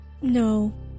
No